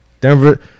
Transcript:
Denver